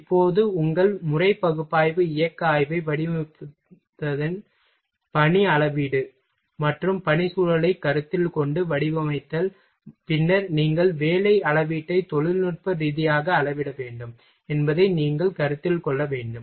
இப்போது உங்கள் முறை பகுப்பாய்வு இயக்க ஆய்வை வடிவமைத்தபின் பணி அளவீடு மற்றும் பணிச்சூழலைக் கருத்தில் கொண்டு வடிவமைத்தல் பின்னர் நீங்கள் வேலை அளவீட்டை தொழில்நுட்ப ரீதியாக அளவிட வேண்டும் என்பதை நீங்கள் கருத்தில் கொள்ள வேண்டும்